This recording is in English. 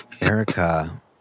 Erica